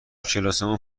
کلاسمون